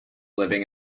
living